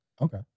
Okay